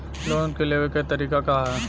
Loan के लेवे क तरीका का ह?